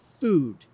food